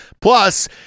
Plus